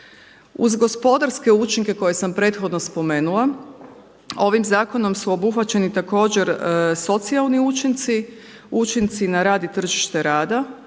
Uz gospodarske učinke koje sam prethodno spomenula ovim zakonom su obuhvaćeni također socijalni učinci, učinci na rad i tržište rada,